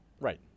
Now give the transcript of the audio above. right